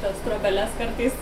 tas trobeles kartais